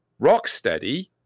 Rocksteady